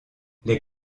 les